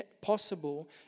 possible